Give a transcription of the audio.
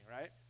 right